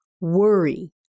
worry